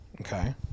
okay